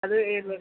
അത് ഏത്